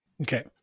Okay